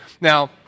Now